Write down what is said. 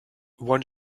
one